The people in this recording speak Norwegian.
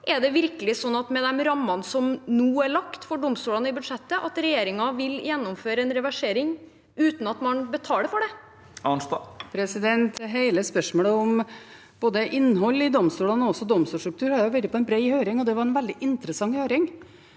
Er det virkelig sånn, med de rammene som nå er lagt for domstolene i budsjettet, at regjeringen vil gjennomføre en reversering uten at man betaler for det? Marit Arnstad (Sp) Hele spørsmålet om både innhold i domstolene og også domstolsstruktur har vært på en bred høring, og det var en veldig interessant høring.